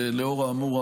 לאור האמור,